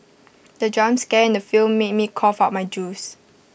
the jump scare in the film made me cough out my juice